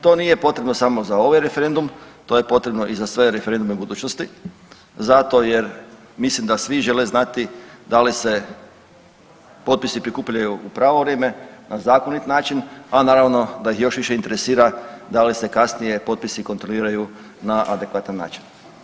To nije potrebno samo za ovaj referendum, to je potrebno i za sve referendume u budućnosti zato jer mislim da svi žele znati da li se potpisi prikupljaju u pravo vrijeme na zakonit način, a naravno da ih još više interesira da li se kasnije potpisi kontroliraju na adekvatan način.